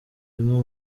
zimwe